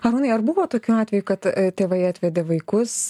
arūnai ar buvo tokių atvejų kad tėvai atvedė vaikus